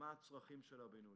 לבחון מה הצרכים של הבינוי.